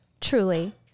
Truly